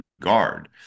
guard